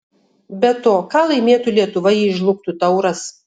be to ką laimėtų lietuva jei žlugtų tauras